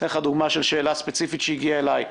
אתן לך דוגמה של שאלה ספציפית שהגיעה אלי: